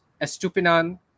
Estupinan